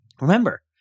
Remember